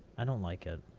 i don't like ah